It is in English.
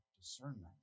discernment